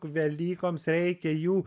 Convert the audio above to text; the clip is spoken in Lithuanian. velykoms reikia jų